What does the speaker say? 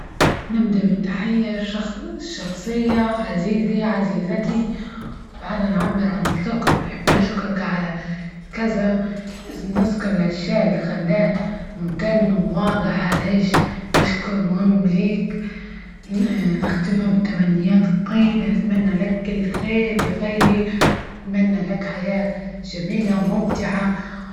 نبدأ بالتحية الشخصية عزيزي عزيزتي، بعد أن أعبر عن شكر نشكرك على كذا نسكن الأشياء اللي خلاه ممتن وواضح، علاش نشكرهم ليك نختمها بالتمنيات الطيبة نتمنى لك الخير يا خيي أتمنى لك حياة جميلة وممتعة.